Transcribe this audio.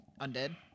Undead